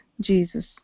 Jesus